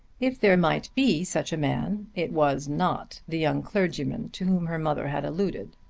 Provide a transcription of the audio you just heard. if there might be such a man it was not the young clergyman to whom her mother had alluded.